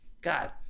god